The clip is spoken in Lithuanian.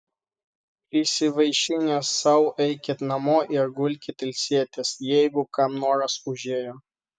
prisivaišinę sau eikit namo ir gulkit ilsėtis jeigu kam noras užėjo